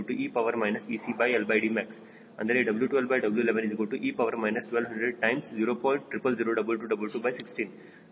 000222216 W12W110